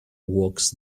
walks